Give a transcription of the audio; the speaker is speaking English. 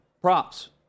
Props